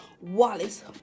Wallace